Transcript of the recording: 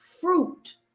fruit